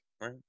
Right